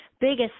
biggest